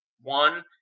one